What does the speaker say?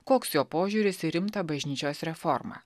koks jo požiūris į rimtą bažnyčios reformą